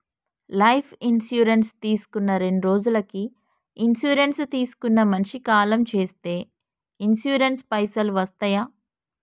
Life insurance తీసుకున్న రెండ్రోజులకి insurance తీసుకున్న మనిషి కాలం చేస్తే ఇన్సూరెన్స్ పైసల్ వస్తయా?